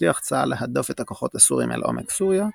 הצליח צה"ל להדוף את הכוחות הסורים אל עומק סוריה,